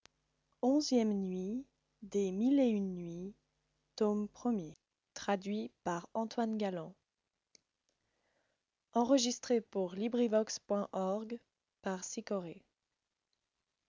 les mille et une nuits